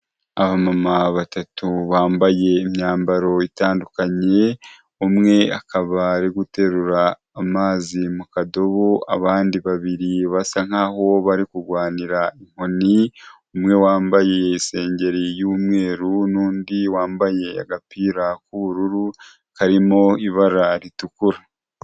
Abamama batatu bambaye imyambaro itandukanye umwe akaba ari guterura amazi mu kadobo, abandi babiri basa nkaho bari kurwanira inkoni, umwe wambaye i sengeri y'umweru n'undi wambaye agapira k'ubururu karimo ibara ritukura.